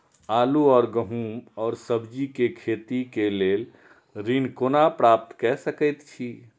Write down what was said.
आलू और गेहूं और सब्जी के खेती के लेल ऋण कोना प्राप्त कय सकेत छी?